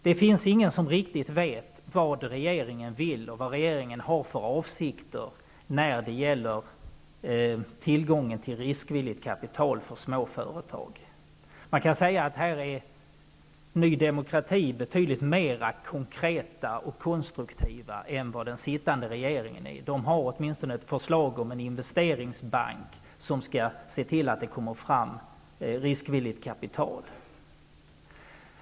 Det finns ingen som riktigt vet vad regeringen har för avsikter när det gäller tillgången till riskvilligt kapital för småföretag. Ny demokrati är här betydligt mera konkret och konstruktivt än den sittande regeringen. Ny demokrati har åtminstone ett förslag om en investeringsbank, som skall se till att det kommer fram riskvilligt kapital.